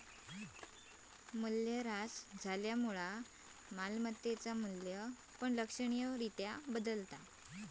मूल्यह्रास झाल्यामुळा मालमत्तेचा मू्ल्य पण लक्षणीय रित्या बदलता